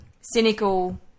Cynical